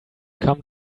come